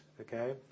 okay